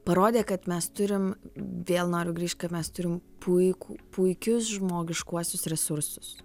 parodė kad mes turim vėl noriu grįžt kad mes turim puikų puikius žmogiškuosius resursus